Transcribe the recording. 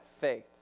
faith